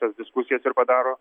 tas diskusijas ir padaro